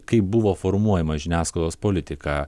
kaip buvo formuojama žiniasklaidos politika